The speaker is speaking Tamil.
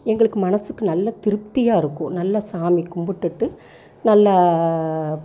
எங்களுக்கு மனசுக்கு நல்ல திருப்தியாக இருக்கும் நல்ல சாமி கும்பிட்டுட்டு நல்லா